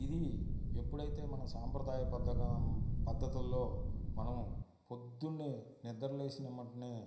ఇది ఎప్పుడైతే మన సాంప్రదాయబద్ధం పద్దతుల్లో మనం పొద్దున్నే నిద్రలేచినెంబటనే